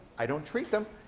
i don't treat them.